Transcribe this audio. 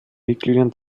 mitgliedern